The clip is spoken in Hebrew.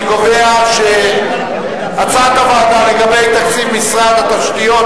אני קובע שהצעת הוועדה לגבי תקציב משרד התשתיות,